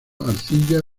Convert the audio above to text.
arcilla